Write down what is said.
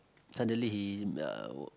suddenly he uh